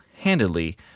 handedly